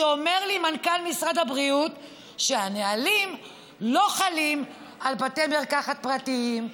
ואומר לי מנכ"ל משרד הבריאות שהנהלים לא חלים על בתי מרקחת פרטיים,